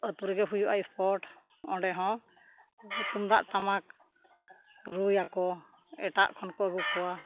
ᱟᱛᱳ ᱨᱮᱜᱮ ᱦᱩᱭᱩᱜᱼᱟ ᱮᱥᱯᱳᱨᱴ ᱚᱸᱰᱮ ᱦᱚᱸ ᱛᱩᱢᱫᱟᱜᱼᱴᱟᱢᱟᱠ ᱨᱩᱭᱟᱠᱚ ᱮᱴᱟᱜ ᱠᱷᱚᱱ ᱠᱚ ᱟᱹᱜᱩ ᱠᱚᱣᱟ